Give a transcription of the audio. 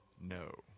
no